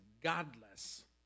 godless